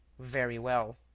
very well.